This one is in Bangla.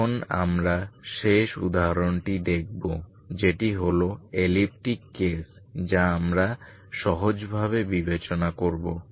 এখন আমরা শেষ উদাহরণটি দেখবো যেটি হল এলিপ্টিক কেস যা আমরা সহজভাবে বিবেচনা করবো